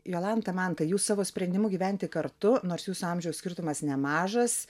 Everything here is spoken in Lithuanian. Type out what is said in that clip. jolanta mantai jūs savo sprendimu gyventi kartu nors jūsų amžiaus skirtumas nemažas